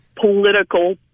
political